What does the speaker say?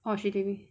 oh she leaving